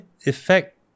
effect